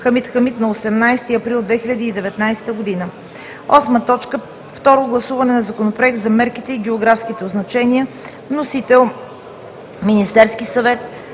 Хамид Хамид, 18 април 2019 г. 8. Второ гласуване на Законопроекта за марките и географските означения. Вносител е Министерският съвет,